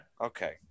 Okay